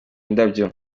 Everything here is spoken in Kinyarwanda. indabyo